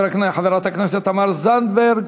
חברת הכנסת תמר זנדברג,